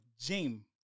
gym